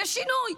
יהיה שינוי.